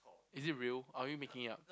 is it real are we making it up